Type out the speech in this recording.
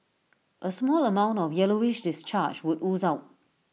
A small amount of yellowish discharge would ooze out